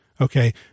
Okay